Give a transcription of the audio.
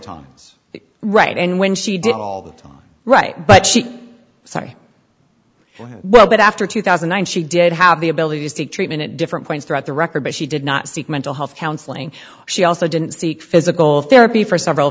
tons right and when she did all that all right but she sorry well but after two thousand once you did have the ability to seek treatment at different points throughout the record but she did not seek mental health counseling she also didn't seek physical therapy for several